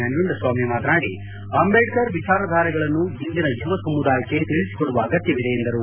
ನಂಜುಂಡಸ್ವಾಮಿ ಮಾತನಾಡಿ ಅಂಬೇಡ್ಕರ್ ವಿಚಾರಧಾರೆಗಳನ್ನು ಇಂದಿನ ಯುವ ಸಮುದಾಯಕ್ಕೆ ತಿಳಿಸಿ ಕೊಡುವ ಅಗತ್ತವಿದೆ ಎಂದರು